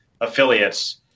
affiliates